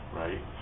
right